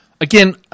again